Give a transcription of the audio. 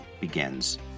begins